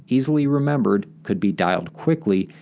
easily remembered, could be dialed quickly,